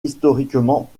historiquement